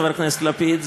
חבר הכנסת לפיד,